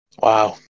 Wow